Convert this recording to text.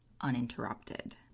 uninterrupted